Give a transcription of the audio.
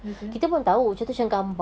betul